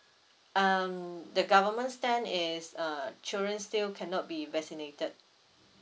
um the government's stand is uh children still cannot be vaccinated